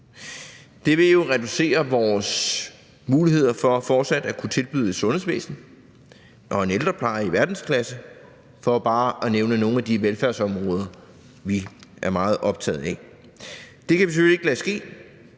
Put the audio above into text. Det ville jo reducere vores muligheder for fortsat at kunne tilbyde et sundhedsvæsen og en ældrepleje i verdensklasse – for bare at nævne nogle af de velfærdsområder, vi er meget optaget af. Det kan vi selvfølgelig ikke lade ske.